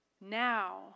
Now